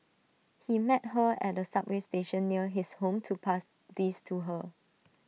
he met her at A subway station near his home to pass these to her